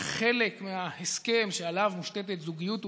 חלק מההסכם שעליו מושתתת זוגיות ומשפחה,